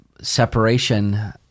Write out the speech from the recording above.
separation